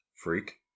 Freak